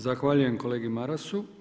Zahvaljujem kolegi Marasu.